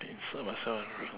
they insert my cell around